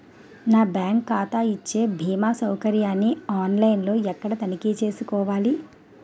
నా బ్యాంకు ఖాతా ఇచ్చే భీమా సౌకర్యాన్ని ఆన్ లైన్ లో ఎక్కడ తనిఖీ చేసుకోవాలి?